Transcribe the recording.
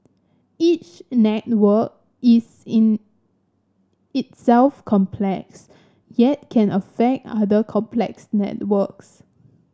each network is in itself complex yet can affect other complex networks